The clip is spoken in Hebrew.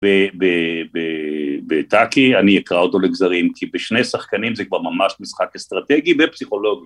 בטאקי אני אקרא אותו לגזרים כי בשני שחקנים זה כבר ממש משחק אסטרטגי ופסיכולוגי.